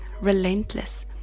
relentless